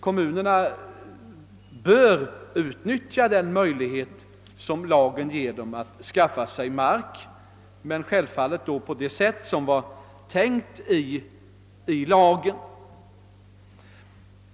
Kommunerna bör utnyttja den möjlighet som lagen ger dem att skaffa sig mark, självfallet på det vis som är föreskrivet i lagen.